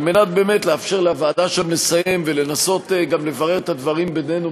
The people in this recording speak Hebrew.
על מנת באמת לאפשר לוועדה שם לסיים ולנסות גם לברר את הדברים בינינו,